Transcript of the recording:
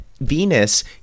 Venus